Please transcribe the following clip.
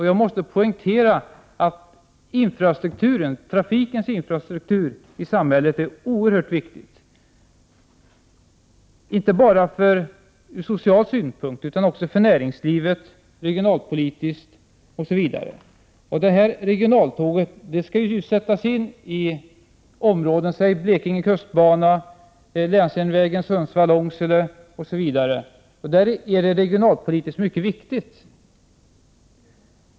Jag måste poängtera att infrastrukturen för trafiken är oerhört viktig för samhället inte bara ur social synpunkt utan också för näringslivet, regionalpolitiken osv. Regionaltåget skall ju sättas in t.ex. på Blekinge kustbana, på länsjärnvägen Sundsvall-Långsele osv. Där är detta regionalpolitiskt mycket viktigt.